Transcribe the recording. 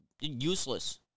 useless